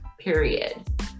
period